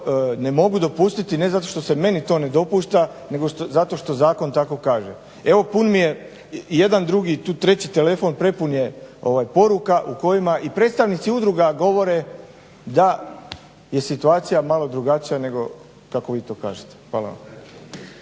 ne mogu dopustiti ne zato što se meni to ne dopušta nego zato što zakon tako kaže. Evo pun mi je jedan, drugi, treći telefon prepun je poruka u kojima i predstavnici udruga govore da je situacija malo drugačija nego kako vi to kažete. Hvala vam.